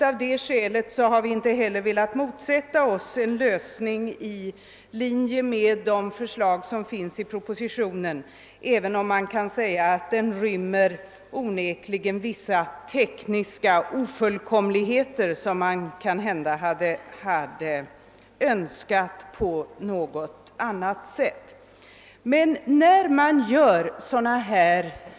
Av detta skäl har vi inte heller velat motsätta oss en lösning i linje med propositionens förslag, även om dessa onekligen inrymmer vissa tekniska ofullkomligheter som vi kanhända hade önskat få ersatta av bättre genomtänkta åtgärder.